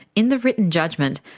in the written judgment,